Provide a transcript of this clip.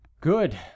Good